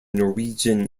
norwegian